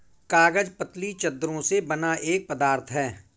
कागज पतली चद्दरों से बना एक पदार्थ है